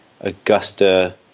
Augusta